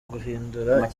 guhindura